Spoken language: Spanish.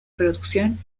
producción